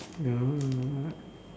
ya